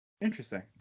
Interesting